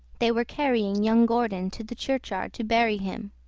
they were carrying young gordon to the churchyard to bury him.